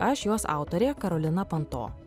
aš jos autorė karolina panto